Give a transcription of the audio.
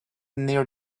near